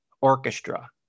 orchestra